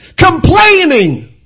Complaining